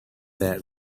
that